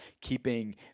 keeping